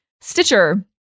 Stitcher